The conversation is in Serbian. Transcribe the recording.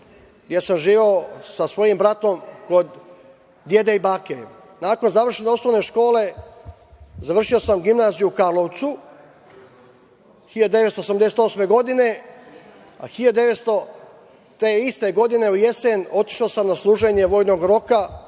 jer sam živeo sa svojim bratom kod dede i babe. Nakon završene osnovne škole, završio sam gimnaziju u Karlovcu 1988. godine, a te iste godine u jesen otišao sam na služenje vojnog roka